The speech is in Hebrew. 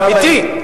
אמיתי.